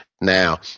now